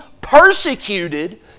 persecuted